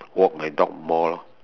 walk my dog more lor